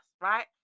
right